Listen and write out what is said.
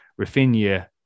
Rafinha